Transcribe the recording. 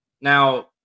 Now